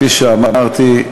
שכפי שאמרתי,